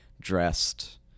dressed